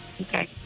Okay